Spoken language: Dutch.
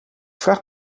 vraag